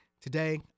today